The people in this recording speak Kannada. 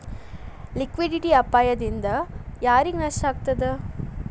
ಲಿಕ್ವಿಡಿಟಿ ಅಪಾಯ ದಿಂದಾ ಯಾರಿಗ್ ನಷ್ಟ ಆಗ್ತದ?